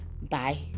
Bye